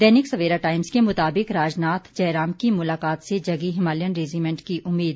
दैनिक Savera Times के मुताबिक राजनाथ जयराम की मुलाकात से जगी हिमालयन रैजीमैंट की उम्मीद